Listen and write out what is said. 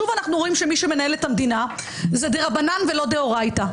שוב אנחנו רואים שמי שמנהל את המדינה זה דרבנן ולא דאורייתא.